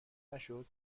نشد